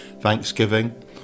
Thanksgiving